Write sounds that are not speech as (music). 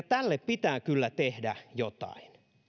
(unintelligible) tälle pitää kyllä tehdä jotain